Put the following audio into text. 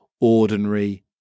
ordinary